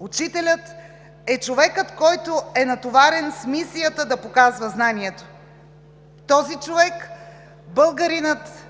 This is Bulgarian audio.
Учителят е човекът, който е натоварен с мисията да показва знанието. На този човек българинът казва